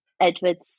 edward's